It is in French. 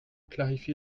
clarifie